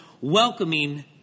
welcoming